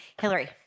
Hillary